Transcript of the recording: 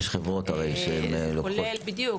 יש חברות, הרי, שלוקחות --- בדיוק.